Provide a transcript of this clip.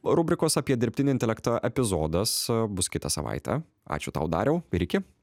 rubrikos apie dirbtinį intelektą epizodas bus kitą savaitę ačiū tau dariau ir iki